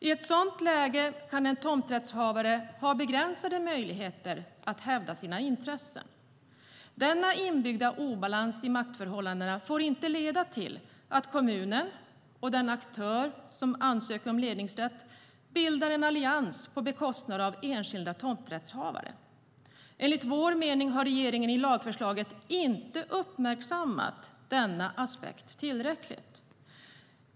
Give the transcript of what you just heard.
I ett sådant läge kan ju en tomträttshavare ha begränsade möjligheter att hävda sina intressen. Denna inbyggda obalans i maktförhållandena får inte leda till att kommunen och den aktör som ansöker om ledningsrätt bildar en allians på bekostnad av enskilda tomträttshavare. Enligt vår mening har regeringen i lagförslaget inte uppmärksammat denna aspekt tillräckligt.